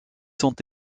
sont